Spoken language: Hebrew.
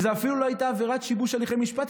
וזו אפילו לא הייתה עבירת שיבוש הליכי משפט,